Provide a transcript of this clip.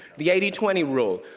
the eighty twenty rule.